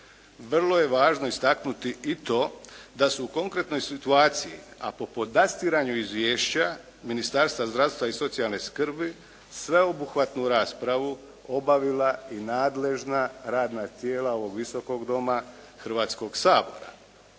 Vrlo je važno istaknuti i to da se u konkretnoj situaciji, a po podastiranju izvješća Ministarstva zdravstva i socijalne skrbi sveobuhvatnu raspravu obavila i nadležna radna tijela ovog Visokog doma Hrvatskog sabora.